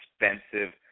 expensive